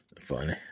Funny